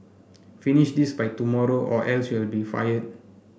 finish this by tomorrow or else you'll be fired